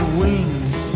wings